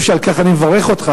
על כך אני מברך אותך.